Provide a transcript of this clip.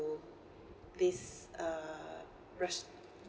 this uh